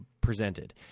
presented